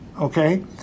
Okay